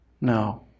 No